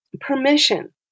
permission